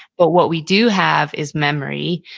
but what we do have is memory.